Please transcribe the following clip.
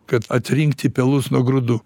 kad atrinkti pelus nuo grūdų